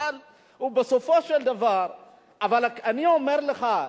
אבל בסופו של דבר אני אומר לך,